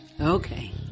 Okay